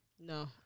No